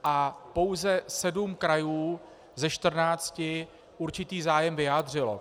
A pouze 7 krajů ze 14 určitý zájem vyjádřilo.